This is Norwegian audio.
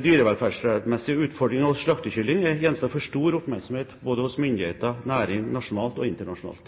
dyrevelferdsmessige utfordringer når det gjelder slaktekylling, er gjenstand for stor oppmerksomhet både hos myndigheter og næring – nasjonalt og internasjonalt.